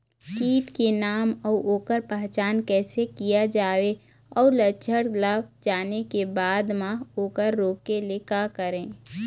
कीट के नाम अउ ओकर पहचान कैसे किया जावे अउ लक्षण ला जाने के बाद मा ओकर रोके ले का करें?